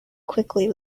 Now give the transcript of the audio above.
quickly